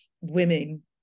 women